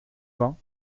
vingt